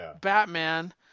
Batman